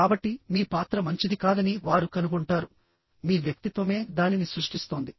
కాబట్టి మీ పాత్ర మంచిది కాదని వారు కనుగొంటారు మీ వ్యక్తిత్వమే దానిని సృష్టిస్తోంది